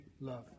love